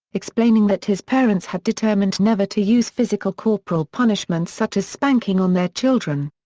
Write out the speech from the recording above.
explaining that his parents had determined never to use physical corporal punishment such as spanking on their children.